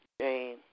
Jane